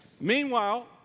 Meanwhile